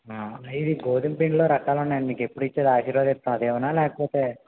గోధుమపిండిలో రకాలున్నాయి ఉండి మీకు ఎప్పుడు ఇచ్చేది ఆశీర్వాద్ ఇస్తా అది ఇవ్వనా లేకపోతే